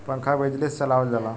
पंखा बिजली से चलावल जाला